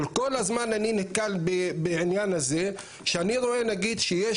כל הזמן אני נתקל בעניין הזה שאני רואה נגיד שיש